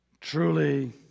Truly